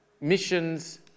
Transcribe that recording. Missions